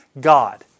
God